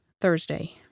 Thursday